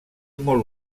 molt